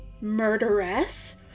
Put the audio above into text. murderess